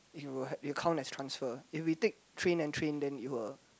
it will it will count as transfer if we take train then train then it will